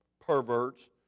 perverts